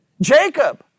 Jacob